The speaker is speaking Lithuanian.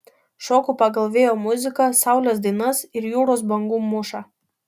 šoku pagal vėjo muziką saulės dainas ir jūros bangų mūšą